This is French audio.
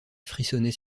frissonnait